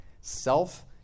self